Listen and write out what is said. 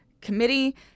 committee